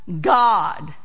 God